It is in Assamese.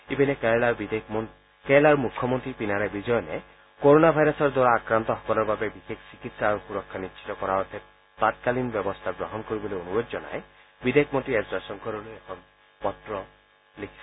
ইপিনে কেৰালাৰ মুখ্যমন্ত্ৰী পিনাৰাই বিজয়নে কোৰোনা ভাইৰাছৰ দ্বাৰা আক্ৰান্ত সকলৰ বাবে বিশেষ চিকিৎসা আৰু সুৰক্ষা নিশ্চিত কৰাৰ অৰ্থে তৎকালীন ব্যৱস্থা গ্ৰহণ কৰিবলৈ অনুৰোধ জনাই বিদেশ মন্ত্ৰী এছ জয়শংকৰলৈ এখন পত্ৰ লিখিছে